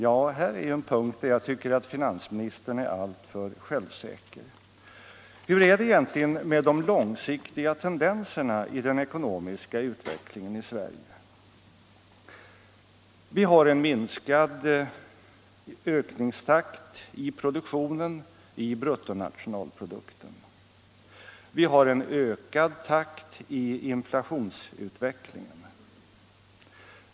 Ja, det här är en punkt där jag tycker att finansministern är alltför självsäker. Hur är det egentligen med de långsiktiga tendenserna i den ekonomiska utvecklingen i Sverige? Vi har en minskad ökningstakt i produktionen, i bruttonationalprodukten. Vi har en ökad takt i inflationsutvecklingen.